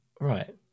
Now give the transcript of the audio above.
right